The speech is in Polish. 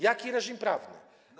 Jaki reżim prawny?